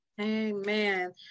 Amen